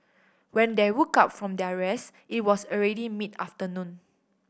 when they woke up from their rest it was already mid afternoon